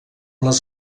les